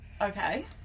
Okay